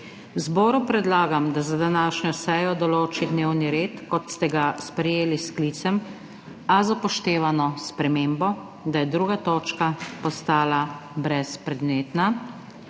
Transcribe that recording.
zboru predlagam, da za današnjo sejo določi dnevni red kot ste ga sprejeli s sklicem, a z upoštevano spremembo, da je 2. točka postala brezpredmetna.